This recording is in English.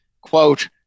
quote